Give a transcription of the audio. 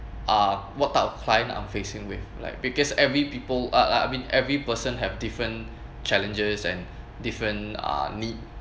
uh what type of client I'm facing with like because every people I I mean every person have different challenges and different uh need